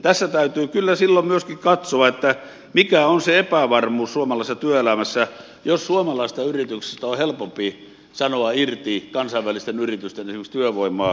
tässä täytyy kyllä silloin myöskin katsoa mikä on se epävarmuus suomalaisessa työelämässä jos esimerkiksi kansainvälisten yritysten on helpompi sanoa irti työvoimaa suomalaisista yrityksistä kuin muista